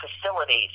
facilities